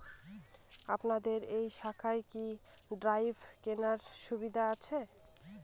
আপনাদের এই শাখায় কি ড্রাফট কেনার সুবিধা আছে?